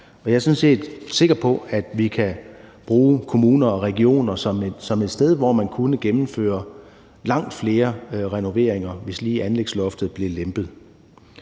set sikker på, at der i kommuner og regioner ville kunne gennemføres langt flere renoveringer, hvis lige anlægsloftet blev lempet.